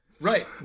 Right